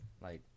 like-